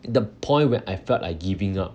the point when I felt like giving up